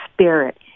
spirit